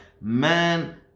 Man